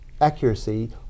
accuracy